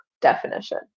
definition